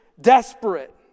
desperate